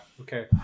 okay